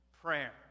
prayer